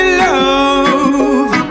love